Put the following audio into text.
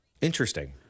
Interesting